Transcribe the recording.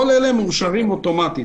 כל אלו מאושרים אוטומטית.